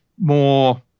more